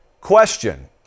Question